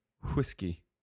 whiskey